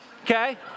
okay